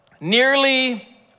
Nearly